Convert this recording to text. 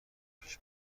پیش